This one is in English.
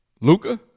Luca